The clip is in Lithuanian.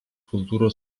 kultūros